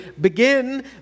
begin